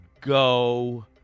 go